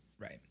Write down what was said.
Right